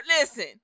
Listen